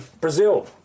Brazil